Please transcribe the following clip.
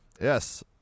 yes